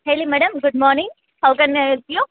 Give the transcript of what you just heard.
ಹೇಳಿ madam good morning how can I help you